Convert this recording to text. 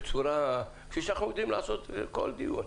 כפי שאנחנו יודעים לעשות בכל דיון.